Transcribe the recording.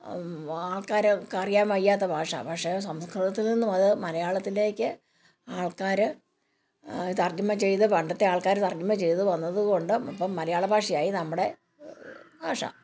ആൾക്കാർക്കറിയാൻ വയ്യാത്ത ഭാഷ പക്ഷെ സംസ്കൃതത്തിൽ നിന്നുമത് മലയാളത്തിലേക്ക് ആൾക്കാർ തർജ്ജിമ ചെയ്ത് പണ്ടത്തെ ആൾക്കാർ തർജ്ജിമ ചെയ്ത് വന്നത് കൊണ്ട് ഇപ്പം മലയാളഭാഷയായി നമ്മുടെ ഭാഷ